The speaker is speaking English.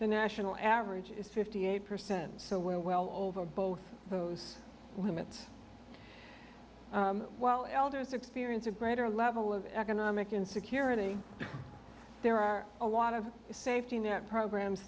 the national average is fifty eight percent so we're well over both those limits while elders experience a greater level of economic insecurity there are a lot of safety net programs